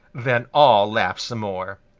then all laughed some more.